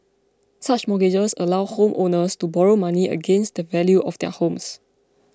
such mortgages allow homeowners to borrow money against the value of their homes